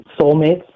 soulmates